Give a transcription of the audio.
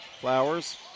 Flowers